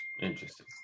Interesting